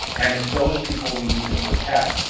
and it's those people we need to protect.